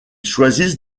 choisissent